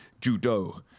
judo